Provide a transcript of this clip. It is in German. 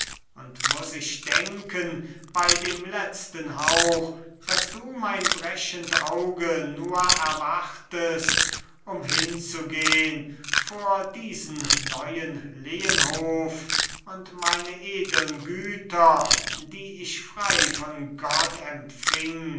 und muss ich denken bei dem letzten hauch dass du mein brechend auge nur erwartest um hinzugehn vor diesen neuen lehenhof und meine edeln güter die ich frei von gott empfing